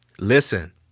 listen